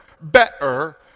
better